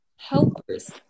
helpers